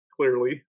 Clearly